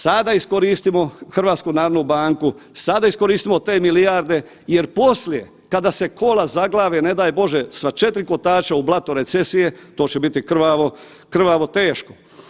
Sada iskoristimo HNB, sada iskoristimo te milijarde jer poslije kada se kola zaglave, ne daj Bože sva 4 kotača u blato recesije, to će biti krvavo, krvavo teško.